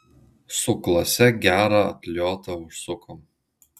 su klase gerą atliotą užsukom